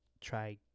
try